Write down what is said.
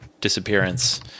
disappearance